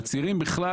והצעירים בכלל,